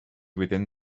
within